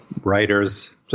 writers